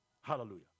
hallelujah